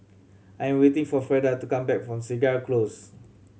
I'm waiting for Freda to come back from Segar Close